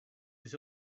was